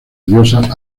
diosa